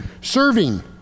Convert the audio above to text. Serving